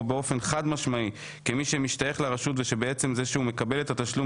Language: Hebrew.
באופן חד משמעי כמי שמשתייך לרשות ושבעצם זה שהוא מקבל את התשלום